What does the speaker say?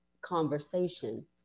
conversation